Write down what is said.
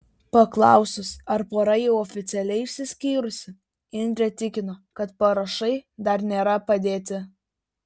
paklausus ar pora jau oficialiai išsiskyrusi indrė tikino kad parašai dar nėra padėti